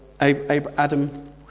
Adam